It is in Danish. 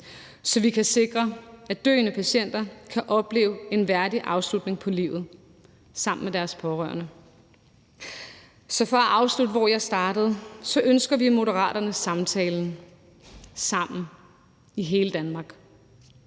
så vi kan sikre, at døende patienter kan opleve en værdig afslutning på livet sammen med deres pårørende. Så for at afslutte, hvor jeg startede, ønsker vi i Moderaterne samtalen, og at vi har